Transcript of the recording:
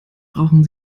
brauchen